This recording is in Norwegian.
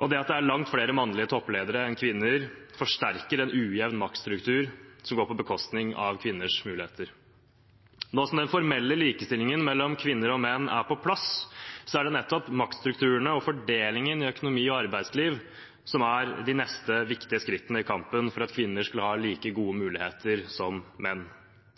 At det er langt flere mannlige enn kvinnelige toppledere, forsterker en ujevn maktstruktur som går på bekostning av kvinners muligheter. Nå som den formelle likestillingen mellom kvinner og menn er på plass, er det nettopp maktstrukturene og fordelingen i økonomi og arbeidsliv som er de neste viktige skrittene i kampen for at kvinner skal ha like gode muligheter som menn.